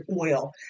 oil